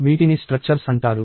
వీటిని స్ట్రక్చర్స్ అంటారు